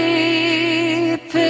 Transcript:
Deep